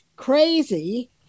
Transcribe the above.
crazy